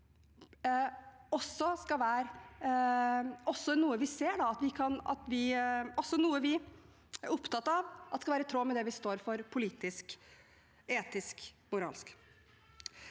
også er noe vi er opptatt av at skal være i tråd med det vi står for politisk, etisk og moralsk.